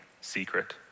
secret